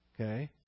okay